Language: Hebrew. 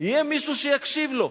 יהיה מישהו שיקשיב לו.